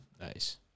nice